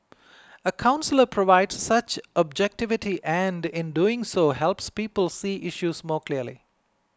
a counsellor provides such objectivity and in doing so helps people see issues more clearly